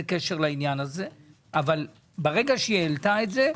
קשר לעניין הזה אבל ברגע שהיא העלתה את זה,